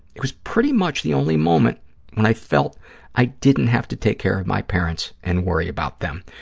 it was pretty much the only moment when i felt i didn't have to take care of my parents and worry about them,